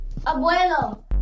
Abuelo